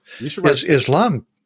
Islam